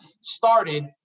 started